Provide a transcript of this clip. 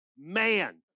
man